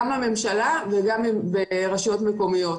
גם לממשלה וגם ברשויות מקומיות.